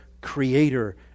Creator